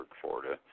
Florida